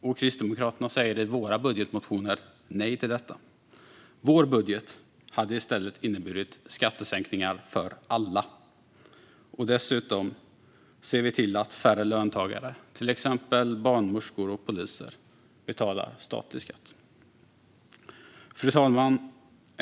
Vi i Kristdemokraterna säger i våra budgetmotioner nej till detta. Vår budget hade i stället inneburit skattesänkningar för alla. Dessutom ser vi till att färre löntagare, till exempel barnmorskor och poliser, betalar statlig skatt. Fru talman!